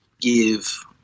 give